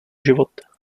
život